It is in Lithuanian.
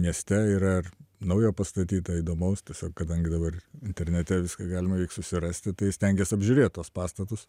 mieste ir ar naujo pastatyto įdomaus tiesiog kadangi dabar internete viską galima reik susirasti tai stengiuosi apžiūrėt tuos pastatus